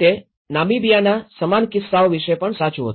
તે નમિબીઆના સમાન કિસ્સાઓ વિષે પણ સાચું હતું